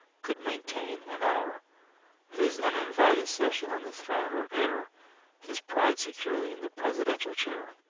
could maintain an hour his uninvited session on the throne, or air his pride securely in the presidential chair.